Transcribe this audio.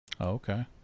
Okay